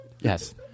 Yes